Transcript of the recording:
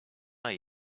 are